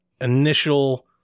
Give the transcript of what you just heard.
initial